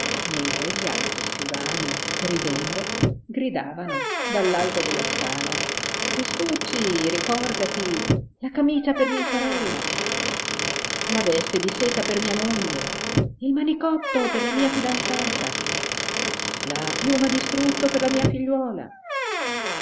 mentre gli altri scrivani ridendo gridavano dall'alto della scala crispucci ricordati la camicia per mia sorella la veste di seta per mia moglie il manicotto per la mia fidanzata la piuma di struzzo per la mia figliuola